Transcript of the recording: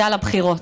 יאללה, בחירות.